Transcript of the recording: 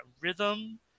rhythm